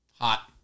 Hot